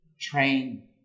Train